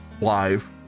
live